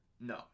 No